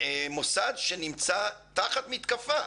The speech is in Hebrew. כמוסד שנמצא תחת מתקפה.